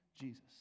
Jesus